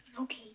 Okay